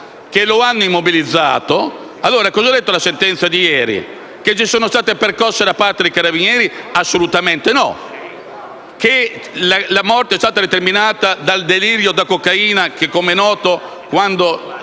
che lo hanno immobilizzato. Cosa ha detto la sentenza di ieri? Che vi sono state percosse da parte dei carabinieri? Assolutamente no. Che la morte è stata determinata dal delirio da cocaina che, come è noto, quando